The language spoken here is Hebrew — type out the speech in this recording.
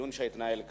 הדיון שהתנהל כאן.